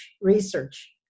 research